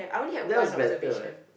that was better what